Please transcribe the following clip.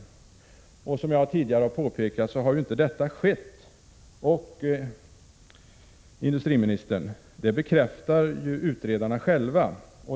Som jag tidigare har påpekat har detta inte skett, industriminis tern! Det bekräftar utredarna själva.